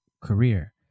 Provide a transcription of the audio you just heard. career